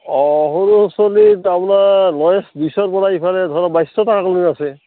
অঁ সৰু চলিৰ আপোনাৰ লৱেষ্ট বিছৰ পৰা ইফালে ধৰক বাইছশ টকালৈ আছে